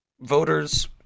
voters